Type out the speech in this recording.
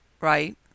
Right